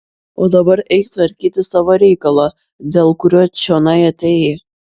o dabar eik tvarkyti savo reikalo dėl kurio čionai atėjai